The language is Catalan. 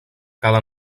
cada